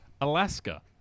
Alaska